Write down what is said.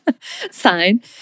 sign